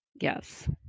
Yes